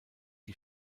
die